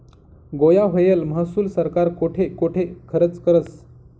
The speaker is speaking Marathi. गोया व्हयेल महसूल सरकार कोठे कोठे खरचं करस?